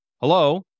Hello